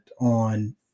on